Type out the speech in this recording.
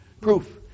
proof